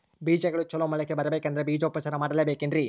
ಬೇಜಗಳು ಚಲೋ ಮೊಳಕೆ ಬರಬೇಕಂದ್ರೆ ಬೇಜೋಪಚಾರ ಮಾಡಲೆಬೇಕೆನ್ರಿ?